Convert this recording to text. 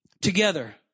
Together